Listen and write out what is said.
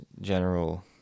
general